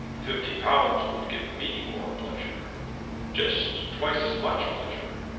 fifty pounds would give me more pleasure just twice as much pleasure.